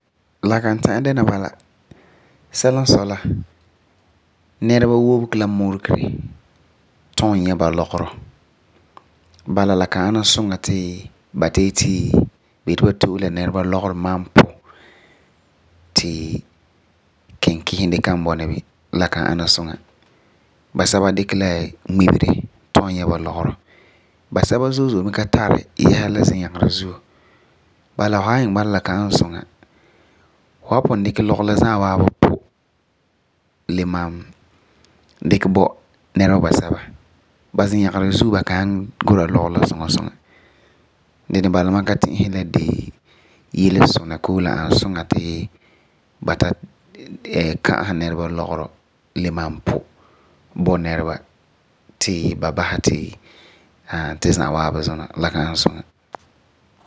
La kan ta'am dɛna bala. Sɛla n sɔi la, nɛreba wobege la murekere ntum nyɛ ba lɔgerɔ. Bala, la kan ana suŋa ti ba yeti ba to'ose nɛreba lɔgerɔ malum pu ti kinkisum de kan bɔna bini, la kan ana suŋa. Basɛba zo'e zo'e mi ka tari yesa la zinyagerɛ zuo. Bala fu san iŋɛ bala, la ka ani suŋa. Dini bala, ma ka ti'isɛ ti la de yele sunɛ koo la ani suŋa ti ba ta ka'asɛ nɛreba lɔgerɔ le malam pu bo ti ba basɛ ti tu za'a waabi zuna.